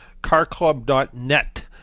CarClub.net